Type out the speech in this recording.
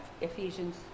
Ephesians